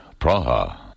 Praha